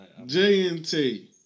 JNT